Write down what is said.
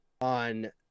on